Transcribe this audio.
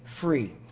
free